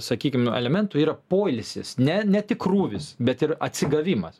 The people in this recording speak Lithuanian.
sakykim elementų yra poilsis ne ne tik krūvis bet ir atsigavimas